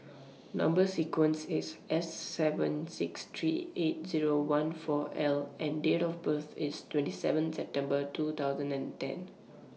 Number sequence IS S seven six three eight Zero one four L and Date of birth IS twenty seven September two thousand and ten